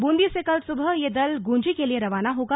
बुंदी से कल सुबह ये दल गुंजी के लिये रवाना होगा